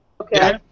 Okay